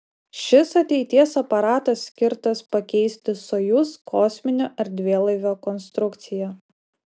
šis ateities aparatas skirtas pakeisti sojuz kosminio erdvėlaivio konstrukciją